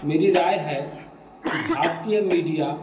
मेरी राय है कि भारतीय मीडिया